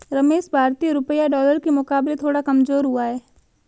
रमेश भारतीय रुपया डॉलर के मुकाबले थोड़ा कमजोर हुआ है